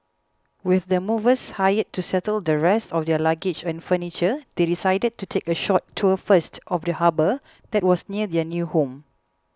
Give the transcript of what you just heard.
with the movers hired to settle the rest of their luggage and furniture they decided to take a short tour first of the harbour that was near their new home